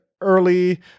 early